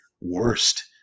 worst